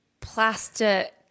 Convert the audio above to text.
plastic